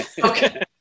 Okay